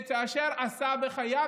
את אשר עשה בחייו,